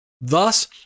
Thus